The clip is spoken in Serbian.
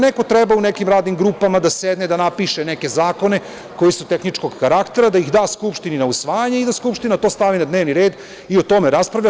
Neko treba u nekim radnim grupama da sedne, da napiše neke zakone koji su tehničkog karaktera, da ih da Skupštini na usvajanje i da Skupština to stavi na dnevni red i o tome raspravlja.